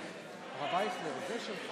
ההצעה להעביר לוועדה את הצעת